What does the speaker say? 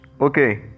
Okay